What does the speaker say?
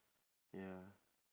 ya